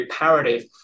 reparative